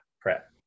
prep